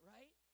Right